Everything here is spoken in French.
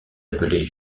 appelée